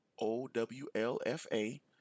o-w-l-f-a